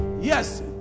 Yes